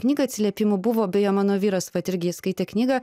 knygą atsiliepimų buvo beje mano vyras vat irgi skaitė knygą